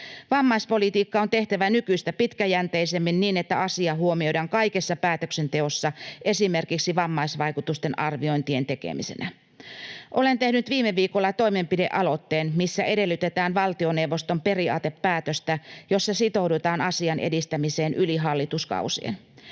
Vammaispolitiikkaa on tehtävä nykyistä pitkäjänteisemmin, niin että asia huomioidaan kaikessa päätöksenteossa esimerkiksi vammaisvaikutusten arviointien tekemisenä. Olen tehnyt viime viikolla toimenpidealoitteen, missä edellytetään valtioneuvoston periaatepäätöstä, jossa sitoudutaan asian edistämiseen yli hallituskausien.